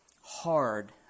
hard